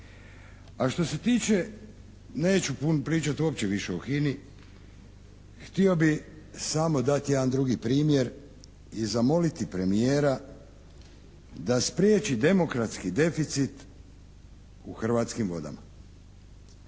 A što se tiče neću puno pričati uopće više o HINA-i, htio bih samo dati jedan drugi primjer i zamoliti premijera da spriječi demokratski deficit u hrvatskim vodama.